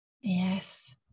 Yes